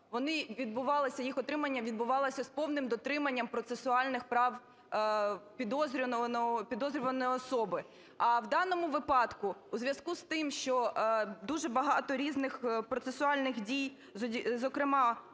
їх отримання відбувалося з повним дотриманням процесуальних прав підозрюваної особи. А у даному випадку у зв'язку з тим, що дуже багато різних процесуальних дій, зокрема,